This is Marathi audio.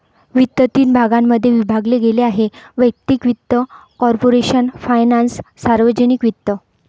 वित्त तीन भागांमध्ये विभागले गेले आहेः वैयक्तिक वित्त, कॉर्पोरेशन फायनान्स, सार्वजनिक वित्त